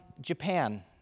Japan